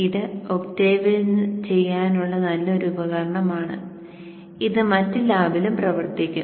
ഇത് ഒക്ടേവിൽ ചെയ്യാനുള്ള നല്ലൊരു ഉപകരണമാണ് ഇത് മാറ്റ് ലാബിലും പ്രവർത്തിക്കും